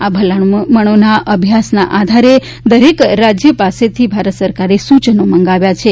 આ ભલામણોના અભ્યાસના આધારે દરેક રાજ્ય પાસેથી ભારત સરકારે સૂચનો મંગાવ્યા છે